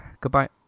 Goodbye